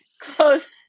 Close